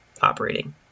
operating